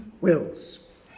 wills